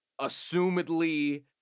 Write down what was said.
assumedly